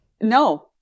No